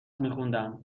میخوندم